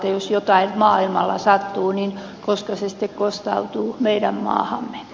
jos jotain maailmalla sattuu niin koska se sitten kostautuu meidän maahamme